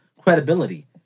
credibility